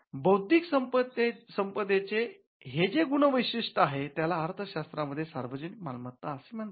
बौद्धिक संपदेचे हे जे गुणवैशिष्ट आहेत त्याला अर्थशास्त्रामध्ये सार्वजनिक मालमत्ता असे म्हणतात